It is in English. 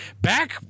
back